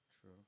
True